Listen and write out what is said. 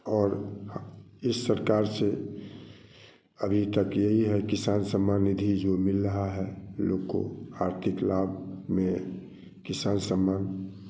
और ये सरकार से अभी तक यही है कि किसान सम्मान निधि जो मिल रहा है लोग को आर्थिक लाभ में किसान सम्मान